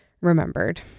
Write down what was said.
remembered